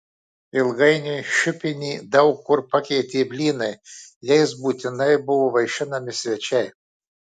ilgainiui šiupinį daug kur pakeitė blynai jais būtinai buvo vaišinami svečiai